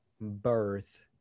birth